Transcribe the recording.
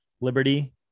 liberty